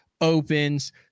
opens